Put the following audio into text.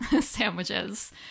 sandwiches